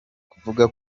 kivuga